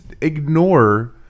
ignore